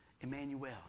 Emmanuel